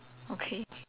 okay